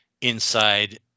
inside